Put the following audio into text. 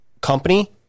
company